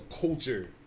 culture